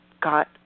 got